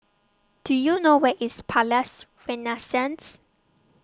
Do YOU know Where IS Palais Renaissance